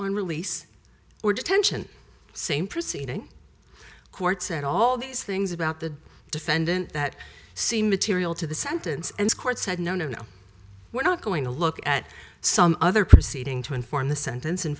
on release or detention same proceeding courts and all these things about the defendant that seemed material to the sentence and the court said no no no we're not going to look at some other proceeding to inform the sentence in